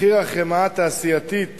מחיר החמאה התעשייתית